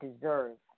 deserve